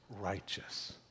righteous